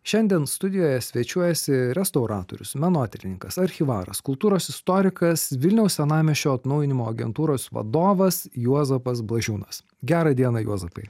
šiandien studijoje svečiuojasi restauratorius menotyrininkas archyvaras kultūros istorikas vilniaus senamiesčio atnaujinimo agentūros vadovas juozapas blažiūnas gerą dieną juozapai